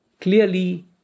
clearly